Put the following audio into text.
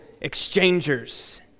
exchangers